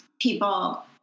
people